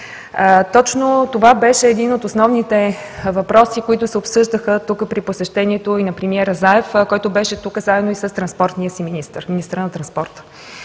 Точно това беше един от основните въпроси, които се обсъждаха при посещението на премиера Заев, който беше тук заедно с транспортния си министър. От наша страна